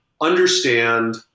understand